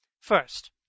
First